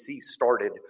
started